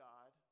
God